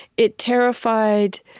it terrified,